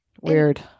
Weird